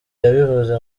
yabivuze